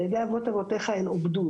על ידי אבות אבותיך הן עובדו,